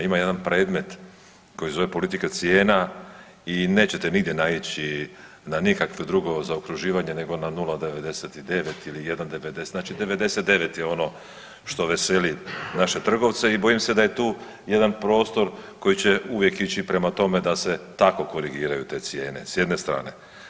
Ima jedan predmet koji se zove politika cijena i nećete nigdje naići ni na kakvo drugo zaokruživanje nego na 0,99 ili 1,90 znači 99 je ono što veseli naše trgovce i bojim se da je tu jedan prostor koji će uvijek ići prema tome da se tako korigiraju te cijene s jedne strane.